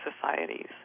societies